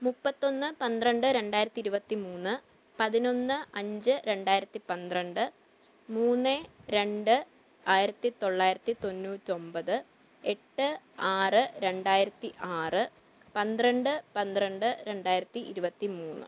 മുപ്പത്തൊന്ന് പന്ത്രണ്ട് രണ്ടായിരത്തി ഇരുപത്തി മൂന്ന് പതിനൊന്ന് അഞ്ച് രണ്ടായിരത്തി പന്ത്രണ്ട് മൂന്ന് രണ്ട് ആയിരത്തി തൊള്ളായിരത്തി തൊണ്ണൂറ്റൊമ്പത് എട്ട് ആറ് രണ്ടായിരത്തി ആറ് പന്ത്രണ്ട് പന്ത്രണ്ട് രണ്ടായിരത്തി ഇരുപത്തി മൂന്ന്